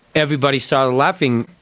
everybody started laughing.